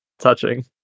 Touching